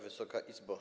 Wysoka Izbo!